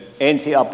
ensiapu